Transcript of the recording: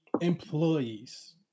employees